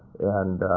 and